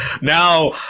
Now